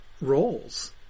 roles